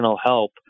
help